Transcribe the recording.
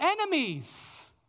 enemies